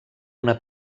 una